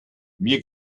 mir